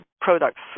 products